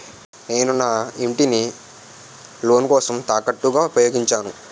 నేను నా ఇంటిని లోన్ కోసం తాకట్టుగా ఉపయోగించాను